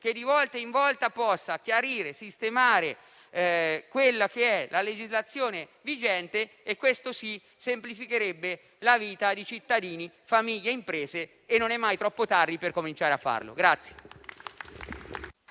che, di volta in volta, possa sistemare la legislazione vigente. Questo sì che semplificherebbe la vita di cittadini, famiglie e imprese e non è mai troppo tardi per cominciare a farlo.